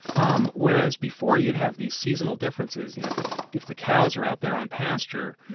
um whereas before you would have these seasonal differences. you know if the if the cows are out there on pasture,